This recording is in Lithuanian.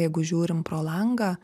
jeigu žiūrim pro langą